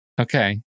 okay